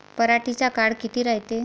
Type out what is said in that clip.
पराटीचा काळ किती रायते?